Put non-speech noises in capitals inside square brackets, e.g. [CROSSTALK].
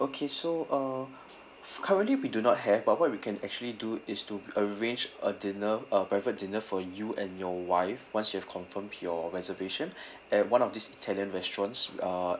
okay so uh f~ currently we do not have but what we can actually do is to arrange a dinner uh private dinner for you and your wife once you have confirmed your reservation [BREATH] at one of these italian restaurants uh